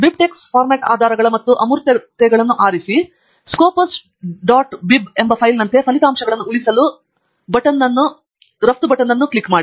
BibTeX format ಆಧಾರಗಳ ಮತ್ತು ಅಮೂರ್ತತೆಗಳನ್ನು ಆರಿಸಿ ಮತ್ತು ಸ್ಕೋಪಸ್ ಡಾಟ್ ಬೈಬ್ ಎಂಬ ಫೈಲ್ನಂತೆ ಫಲಿತಾಂಶಗಳನ್ನು ಉಳಿಸಲು ಬಟನ್ ಅನ್ನು ರಫ್ತು ಮಾಡಿ